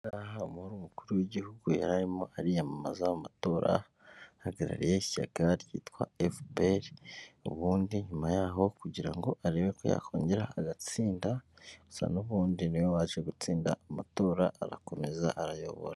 Aha ngaha umuntu wari umukuru w'igihugu yari arimo ariyamamaza mu matora, ahagarariye ishyaka ryitwa Efuperi, ubundi nyuma yaho kugira ngo arebe ko yakongera agatsinda, gusa n'ubundi ni we waje gutsinda amatora, arakomeza arayobora.